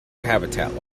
habitat